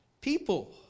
People